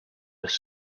was